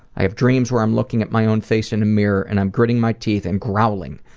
i have dreams where i'm looking at my own face in a mirror and i'm gritting my teeth and growling.